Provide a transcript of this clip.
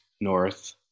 north